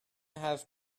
have